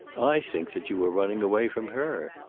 i think that you were running away from her.